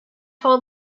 hold